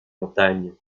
montagnes